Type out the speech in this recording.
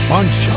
Bunch